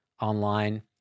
online